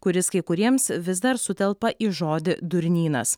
kuris kai kuriems vis dar sutelpa į žodį durnynas